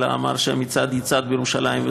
אלא אמר שהמצעד יצעד בירושלים,